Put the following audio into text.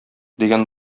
дигән